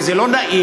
כי זה לא נעים,